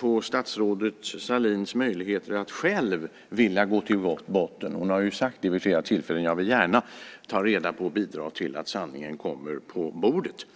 på statsrådet Sahlins möjligheter att själv vilja gå till botten med frågan. Hon har ju vid flera tillfällen sagt att hon gärna vill ta reda på och bidra till att sanningen kommer på bordet.